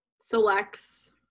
selects